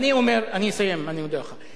אני אסיים, אני מודה לך.